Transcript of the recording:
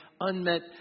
unmet